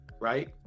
Right